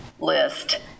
list